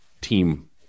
team